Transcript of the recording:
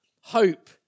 Hope